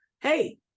hey